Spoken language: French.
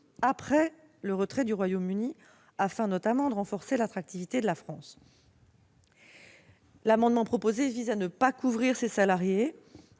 après le retrait du Royaume-Uni, afin notamment de renforcer l'attractivité de la France. L'amendement proposé vise à ne pas couvrir ces salariés.